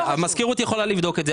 היינו אמורים לבוא ביום שלישי למפעל,